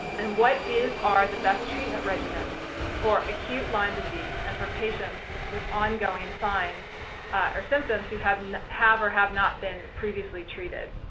and what is are the best treatment regimens for acute lyme disease and for patients with ongoing signs or symptoms who have and have or have not been previously treated?